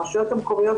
הרשויות המקומיות,